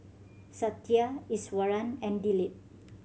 Satya Iswaran and Dilip